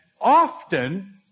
often